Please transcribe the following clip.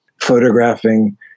photographing